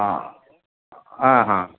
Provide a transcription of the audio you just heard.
हां हां हां